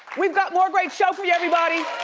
we've got more great show for you, everybody.